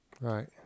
Right